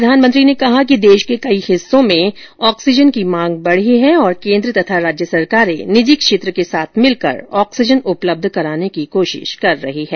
प्रधानमंत्री ने कहा कि देश के कई हिस्सों में ऑक्सीजन की मांग बढ़ी है तथा केन्द्र और राज्य सरकारें निजी क्षेत्र के साथ मिलकर ऑक्सीजन उपलब्ध कराने की कोशिश कर रही है